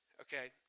okay